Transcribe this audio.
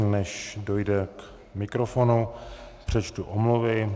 Než dojde k mikrofonu, přečtu omluvy.